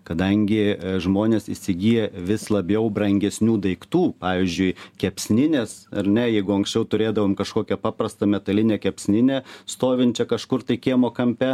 kadangi žmonės įsigyja vis labiau brangesnių daiktų pavyzdžiui kepsninės ar ne jeigu anksčiau turėdavom kažkokią paprastą metalinę kepsninę stovinčią kažkur tai kiemo kampe